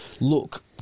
look